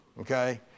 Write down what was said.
Okay